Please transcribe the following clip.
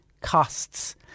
costs